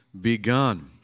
begun